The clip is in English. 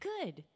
Good